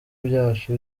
byacu